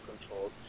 control